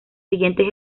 siguientes